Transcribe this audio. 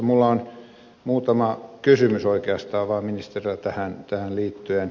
minulla on muutama kysymys oikeastaan vaan ministerille tähän liittyen